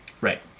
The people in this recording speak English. Right